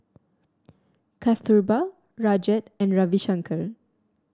Kasturba Rajat and Ravi Shankar